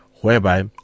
whereby